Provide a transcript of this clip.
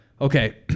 Okay